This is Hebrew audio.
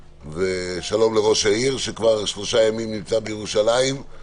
שלום לראש העיר, שכבר שלושה ימים נמצא בירושלים.